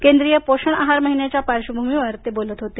केंद्रीय पोषण आहार महिन्याच्या पार्श्वभूमीवर ते बोलत होते